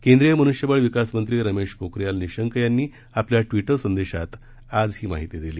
केंद्रीय मनुष्यबळ विकास मंत्री रमेश पोखरियाल निशंक यांनी आपल्या ट्विटर संदेशात आज ही माहिती दिली